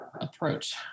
approach